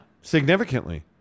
significantly